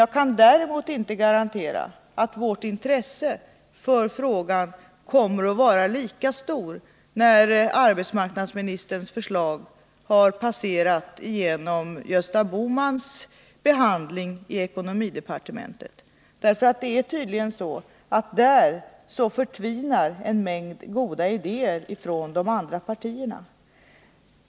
Jag kan däremot inte garantera att vårt intresse för frågan kommer att vara lika stort när arbetsmarknadsministerns förslag har passerat Gösta Bohmans behandling i ekonomidepartementet, för där förtvinar tydligen en mängd goda idéer från de andra partierna.